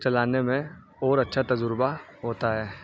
چلانے میں اور اچھا تجربہ ہوتا ہے